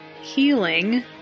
healing